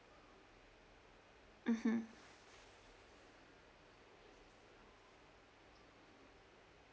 mmhmm